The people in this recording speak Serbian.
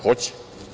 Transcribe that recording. Hoće.